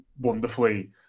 Wonderfully